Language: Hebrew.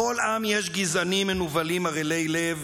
בכל עם יש גזענים מנוולים מרעילי לב,